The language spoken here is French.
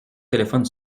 téléphone